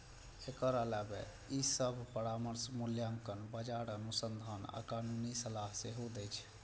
एकर अलावे ई सभ परामर्श, मूल्यांकन, बाजार अनुसंधान आ कानूनी सलाह सेहो दै छै